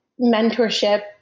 Mentorship